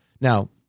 Now